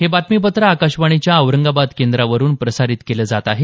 हे बातमीपत्र आकाशवाणीच्या औरंगाबाद केंद्रावरून प्रसारित केलं जात आहे